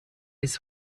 his